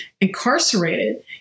incarcerated